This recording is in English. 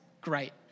great